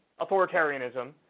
authoritarianism